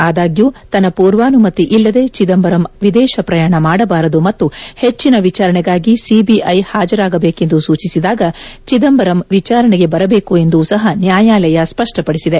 ಆದಾಗ್ಯೂ ತನ್ನ ಪೂರ್ವಾನುಮತಿ ಇಲ್ಲದೆ ಚಿದಂಬರಂ ವಿದೇಶ ಪ್ರಯಾಣ ಮಾಡಬಾರದು ಮತ್ತು ಹೆಚ್ಚಿನ ವಿಚಾರಣೆಗಾಗಿ ಸಿಬಿಐ ಹಾಜರಾಗಬೇಕೆಂದು ಸೂಚಿಸಿದಾಗ ಚೆದಂಬರಂ ವಿಚಾರಣೆಗೆ ಬರಬೇಕು ಎಂದೂ ಸಹ ನ್ಯಾಯಾಲಯ ಸ್ಪಷ್ಲಪಡಿಸಿದೆ